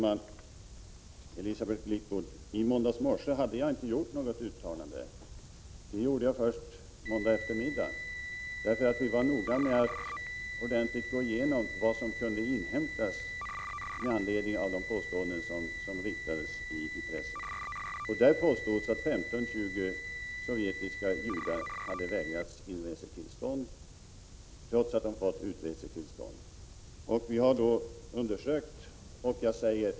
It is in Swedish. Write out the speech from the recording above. Herr talman! I måndags morse hade jag inte gjort något uttalande, Elisabeth Fleetwood. Det gjorde jag först på måndag eftermiddag. Vi var nämligen noga med att ordentligt gå igenom vad som kunde inhämtas med anledning av de påståenden som förekommit i pressen. Där påstods att 15-20 sovjetiska judar hade vägrats inresetillstånd trots att de fått tillstånd att lämna Sovjet.